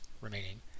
remaining